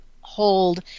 hold